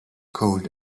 cold